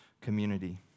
community